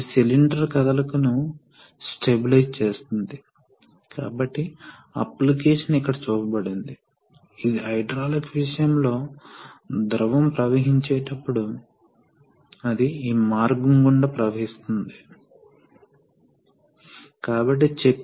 కానీ దీనికి దాని స్వంత అమరిక ఉంది ఆ అమరిక వాస్తవానికి E యొక్క అమరిక కంటే ఎక్కువగా ఉంటుంది కాబట్టి ఈ సందర్భంలో సిస్టమ్ ప్రెషర్ యొక్క అమరిక వాస్తవానికి E యొక్క అమరిక ద్వారా పరిమితం చేయబడుతుంది A మరియు C ల కంటే ఏ దిగువున ఉంటడం వల్ల మనకు ఒక మాధ్యమం ఉంది పరిమితం చేసే ప్రెషర్ ఇప్పుడు మీడియం